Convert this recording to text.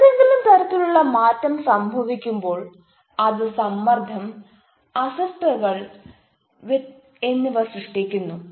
ഏതെങ്കിലും തരത്തിലുള്ള മാറ്റം സംഭവിക്കുമ്പോൾ അത് സമ്മർദ്ദം അസ്വസ്ഥതകൾ എന്നിവ സൃഷ്ടിക്കുന്നു